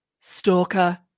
Stalker